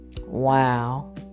wow